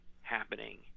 happening